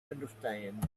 understand